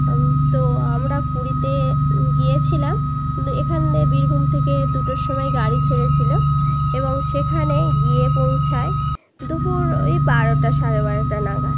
তো আমরা পুরীতে গিয়েছিলাম এখান থেকে বীরভূম থেকে দুটোর সময় গাড়ি ছেড়েছিলো এবং সেখানে গিয়ে পৌঁছয় দুপুর ওই বারোটা সাড়ে বারোটা নাগাদ